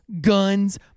guns